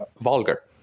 vulgar